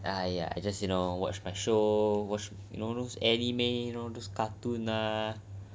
I ya I just you know watch my show you know those anime you know those cartoon ah